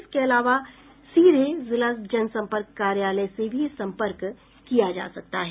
इसके अलावा सीधे जिला जनसंपर्क कार्यालय से भी संपर्क किया जा सकता है